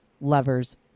lovers